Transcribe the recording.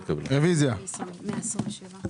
מדובר בהוראת שעה לשנה הזאת ויש כוונה